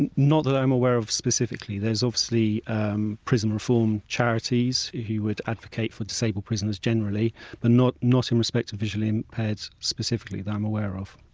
and that i'm aware of specifically. there's obviously um prison reform charities who would advocate for disabled prisoners generally but not not in respect of visually impaired specifically, that i'm aware of.